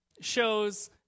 shows